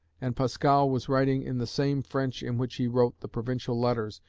and pascal was writing in the same french in which he wrote the provincial letters,